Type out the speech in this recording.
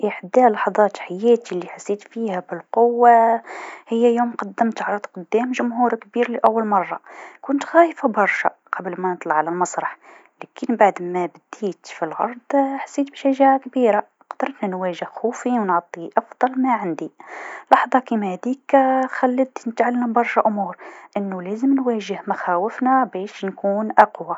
إحدى لحظات حياتي لحسيت فيها بالقوة هي يوم قدمت عرض قدام جمهوركبير لأول مرة، كنت خايفه برشا قبل ما نطلع للمسرح لكن بعد ما بديت في العرض حسيت بشجاعه كبيرا قدرت نواجه خوفي و نعطي أفضل ما عندي، لحظه كيما هاذيك خلتني نتعلم برشا أمور أنوا لازم نواجه مخوافنا باش نكون أقوى.